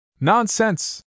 Nonsense